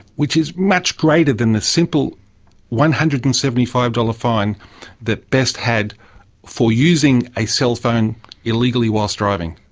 which is much greater than the simple one hundred and seventy five dollars fine that best had for using a cell phone illegally whilst driving.